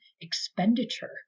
expenditure